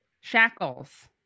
shackles